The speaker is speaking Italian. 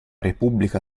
repubblica